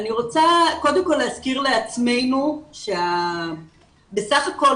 אני רוצה קודם כל להזכיר לעצמנו שבסך הכל